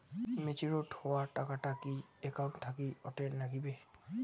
Matured হওয়া টাকাটা কি একাউন্ট থাকি অটের নাগিবে?